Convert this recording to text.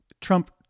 Trump